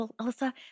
Alyssa